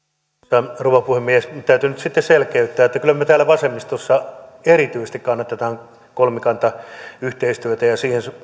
arvoisa rouva puhemies täytyy nyt sitten selkeyttää että kyllä me täällä vasemmistossa erityisesti kannatamme kolmikantayhteistyötä ja siihen